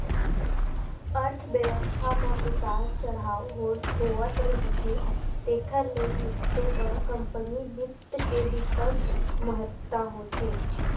अर्थबेवस्था म उतार चड़हाव होवथ रहिथे तेखर ले निपटे बर कंपनी बित्त के बिकट महत्ता होथे